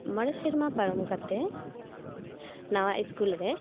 ᱢᱚᱬᱮ ᱥᱮᱨᱢᱟ ᱯᱟᱨᱚᱢ ᱠᱟᱛᱮ ᱱᱟᱣᱟ ᱤᱥᱠᱩᱞ ᱨᱮ